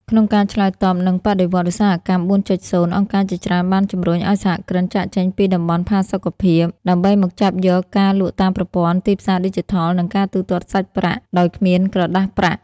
ក្នុងការឆ្លើយតបនឹងបដិវត្តន៍ឧស្សាហកម្ម ៤.០ អង្គការជាច្រើនបានជម្រុញឱ្យសហគ្រិនចាកចេញពីតំបន់ផាសុកភាព ដើម្បីមកចាប់យកការលក់តាមប្រព័ន្ធទីផ្សារឌីជីថល និងការទូទាត់សាច់ប្រាក់ដោយគ្មានក្រដាសប្រាក់។